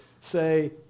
say